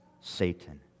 Satan